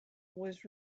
was